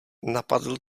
napadl